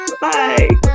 Bye